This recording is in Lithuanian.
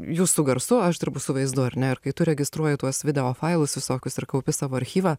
jūs su garsu aš dirbu su vaizdu ar ne ir kai tu registruoji tuos video failus visokius ir kaupi savo archyvą